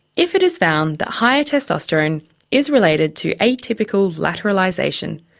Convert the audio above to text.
if it is found that higher testosterone is related to atypical lateralisation,